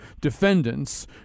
defendants